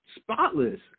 Spotless